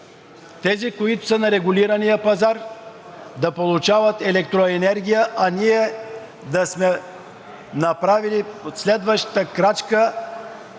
тези, които са на регулирания пазар, да получават електроенергия, а ние да сме направили следващата крачка